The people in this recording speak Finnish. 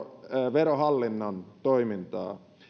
verohallinnon toimintaa